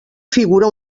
figura